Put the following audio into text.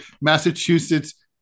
Massachusetts